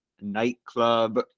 nightclub